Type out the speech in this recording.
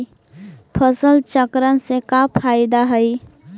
फसल चक्रण से का फ़ायदा हई?